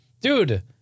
Dude